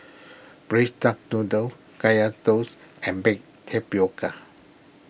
Braised Duck Noodle Kaya Toast and Baked Tapioca